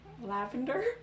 Lavender